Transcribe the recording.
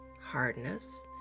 hardness